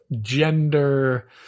gender